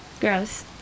Gross